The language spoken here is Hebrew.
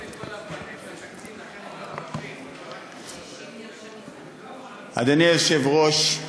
אדוני היושב-ראש,